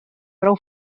prou